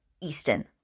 Easton